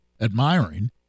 admiring